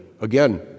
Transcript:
again